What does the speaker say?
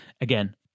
Again